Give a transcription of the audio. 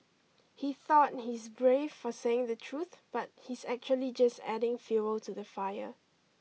He thought he's brave for saying the truth but he's actually just adding fuel to the fire